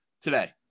today